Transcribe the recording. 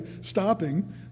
stopping